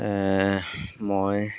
মই